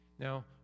Now